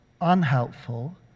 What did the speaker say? unhelpful